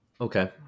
Okay